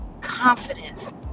confidence